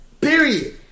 Period